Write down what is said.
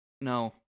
no